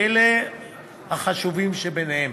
ואלה החשובים שבהם: